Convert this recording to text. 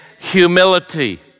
humility